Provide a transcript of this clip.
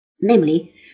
namely